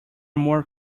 more